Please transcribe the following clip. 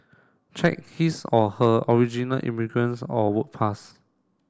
check his or her original immigrants or work pass